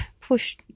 push